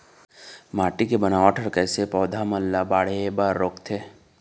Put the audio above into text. माटी के बनावट हर कइसे पौधा बन ला बाढ़े बर रोकथे?